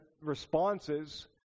responses